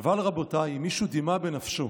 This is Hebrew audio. "אבל רבותיי, אם מישהו דימה בנפשו